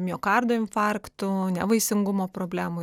miokardo infarktų nevaisingumo problemų ir kitų